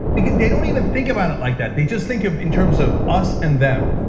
because they don't even think about it like that, they just think of in terms of us and them.